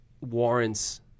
warrants